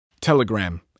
Telegram